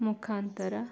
ಮುಖಾಂತರ